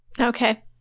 Okay